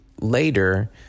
later